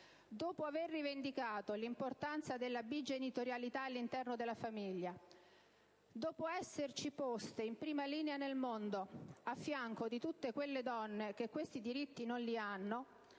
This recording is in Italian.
dopo aver rivendicato l'importanza della bigenitorialità all'interno della famiglia; dopo esserci poste in prima linea nel mondo a fianco di tutte quelle donne che questi diritti non hanno